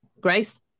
Grace